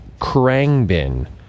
Krangbin